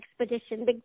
expedition